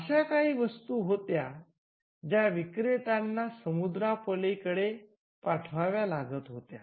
अशा काही वस्तू होत्या ज्या विक्रेत्यांना समुद्रा पलीकडे पाठवाव्या लागत होत्या